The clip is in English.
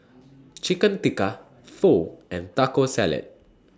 Chicken Tikka Pho and Taco Salad